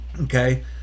okay